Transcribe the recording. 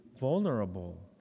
vulnerable